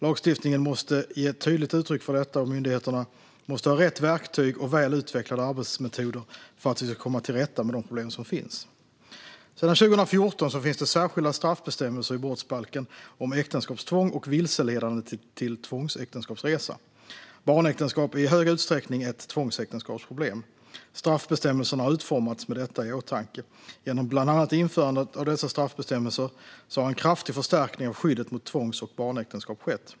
Lagstiftningen måste ge tydligt uttryck för detta, och myndigheterna måste ha rätt verktyg och väl utvecklade arbetsmetoder för att vi ska komma till rätta med de problem som finns. Sedan 2014 finns det särskilda straffbestämmelser i brottsbalken om äktenskapstvång och vilseledande till tvångsäktenskapsresa. Barnäktenskap är i hög utsträckning ett tvångsäktenskapsproblem. Straffbestämmelserna har utformats med detta i åtanke. Genom bland annat införandet av dessa straffbestämmelser har en kraftig förstärkning av skyddet mot tvångs och barnäktenskap skett.